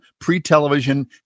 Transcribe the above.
pre-television